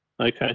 Okay